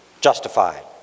justified